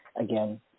again